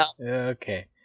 Okay